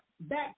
back